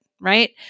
Right